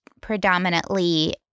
predominantly